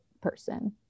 person